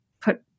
put